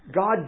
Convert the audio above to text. God